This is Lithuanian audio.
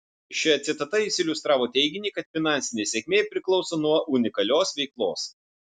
šia citata jis iliustravo teiginį kad finansinė sėkmė priklauso nuo unikalios veiklos